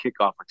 kickoff